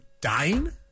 dying